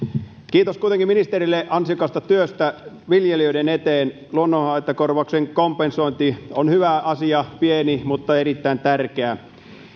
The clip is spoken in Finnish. kiitos kuitenkin ministerille ansiokkaasta työstä viljelijöiden eteen luonnonhaittakorvauksen kompensointi on hyvä asia pieni mutta erittäin tärkeä